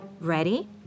Ready